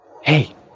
Hey